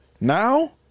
Now